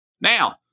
Now